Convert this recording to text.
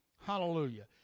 Hallelujah